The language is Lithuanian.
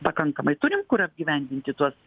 pakankamai turim kur apgyvendinti tuos